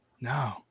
No